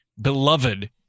beloved